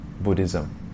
Buddhism